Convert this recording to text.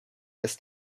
this